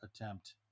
attempt